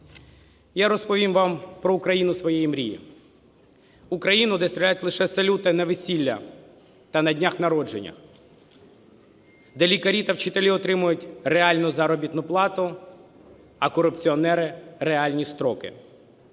Я розповім вам про Україну своєї мрії. Україну, де стріляють лише салюти на весіллях та на днях народженнях, де лікарі та вчителі отримують реальну заробітну плату, а корупціонери – реальні строки.